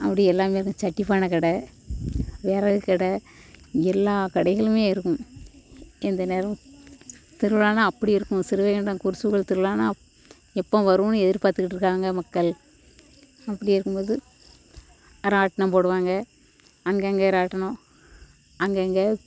அப்படி எல்லாம் இந்த சட்டிப் பானை கடை விறகு கடை எல்லா கடைகளும் இருக்கும் எந்த நேரம் திருவிழான்னா அப்படி இருக்கும் ஸ்ரீவைகுண்டம் கோவில் திருவிழான்னா அப் எப்போ வருன்னு எதிர்பார்த்துக்கிட்டு இருக்காங்க மக்கள் அப்படி இருக்கும் போது ராட்டினம் போடுவாங்க அங்கேங்க ராட்டினம் அங்கேங்க